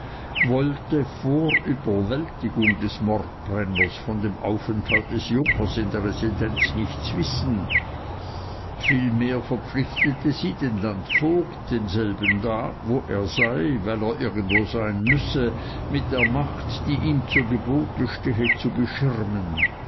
wollte vor überwältigung des mordbrenners von dem aufenthalt des junkers in der residenz nichts wissen vielmehr verpflichtete sie den landvogt denselben da wo er sei weil er irgendwo sein müsse mit der macht die ihm zu gebote stehe zu beschirmen